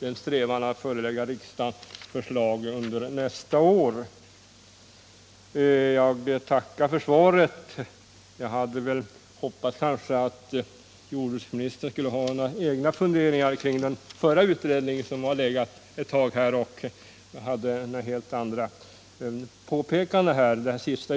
En strävan är att kunna förelägga riksdagen förslag beträffande fritidsbåtsfrågorna under 1978.” Jag tackar än en gång för svaret på min fråga. Jag hade dock hoppats att jordbruksministern skulle ha några egna funderingar kring den förra utredningen, som har legat ett tag. Den senare